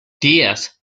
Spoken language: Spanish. díaz